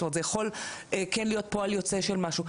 זאת אומרת, זה כן יכול להיות פועל יוצא של משהו.